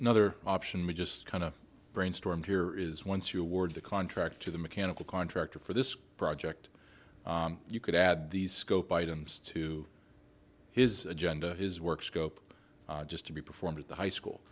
another option may just kind of brainstorm here is once you award the contract to the mechanical contractor for this project you could add these scope items to his agenda his work scope just to be performed at the high school